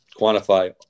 quantify